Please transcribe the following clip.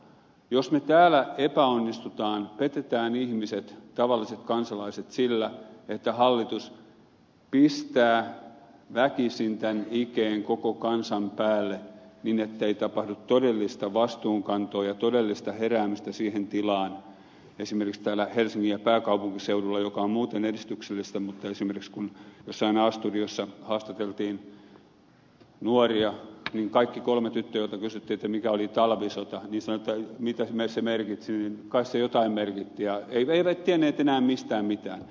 jos me täällä epäonnistumme petämme ihmiset tavalliset kansalaiset sillä että hallitus pistää väkisin tämän ikeen koko kansan päälle niin ettei tapahdu todellista vastuunkantoa ja todellista heräämistä siihen tilaan esimerkiksi täällä helsingissä ja pääkaupunkiseudulla joka on muuten edistyksellistä mutta esimerkiksi kun jossain a studiossa haastateltiin nuoria niin kaikki kolme tyttöä joilta kysyttiin mikä oli talvisota mitä se merkitsi niin kai se jotain merkitsi eivätkä tienneet enää mistään mitään